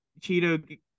Cheeto